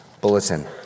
bulletin